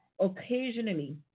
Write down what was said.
occasionally